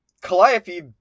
Calliope